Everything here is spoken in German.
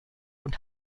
und